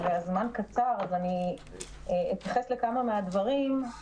הזמן קצר, אז אני אתייחס לכמה מהדברים.